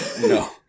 No